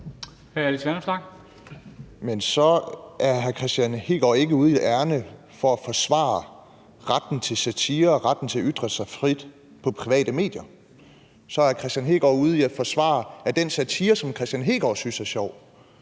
Men så er hr. Kristian Hegaard ikke ude i ærindet for at forsvare retten til satire og retten til at ytre sig frit på private medier. Så er hr. Kristian Hegaard ude i at forsvare, at den satire, som hr. Kristian Hegaard synes er sjov,